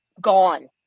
gone